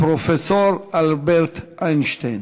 הפרופסור אלברט איינשטיין,